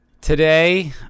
today